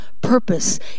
purpose